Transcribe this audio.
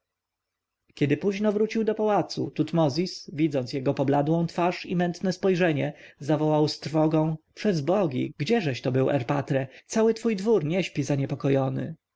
kiedy późno wrócił do pałacu tutmozis widząc jego pobladłą twarz i mętne spojrzenie zawołał z trwogą przez bogi gdzieżeś to był erpatre cały twój dwór nie śpi zaniepokojony